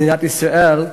במדינת ישראל,